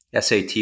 SAT